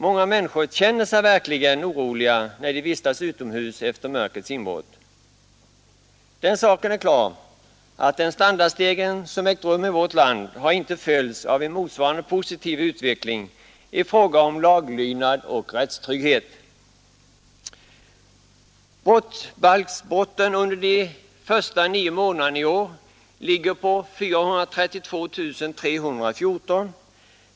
Många människor känner sig verkligen oroliga, när de vistas utomhus efter mörkrets inbrott. Den saken är klar att den standardstegring som ägt rum i vårt land inte har fö jts av en motsvarande positiv utveckling i fråga om laglydnad och rättstrygghet. Antalet brottsbalksbrott under de första nio månaderna i år uppgår till 432 314.